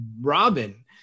Robin